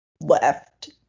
left